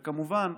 וכמובן,